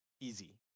easy